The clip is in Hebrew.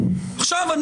204. עכשיו,